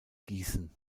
gießen